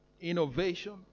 innovation